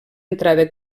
entrada